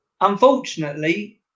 Unfortunately